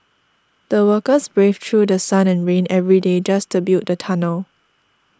the workers braved through The Sun and rain every day just to build the tunnel